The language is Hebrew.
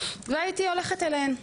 והייתי הולכת אליהן.